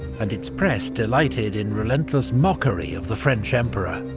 and its press delighted in relentless mockery of the french emperor.